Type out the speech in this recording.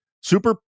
super